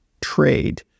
trade